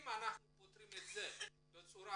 אם נפתור את זה,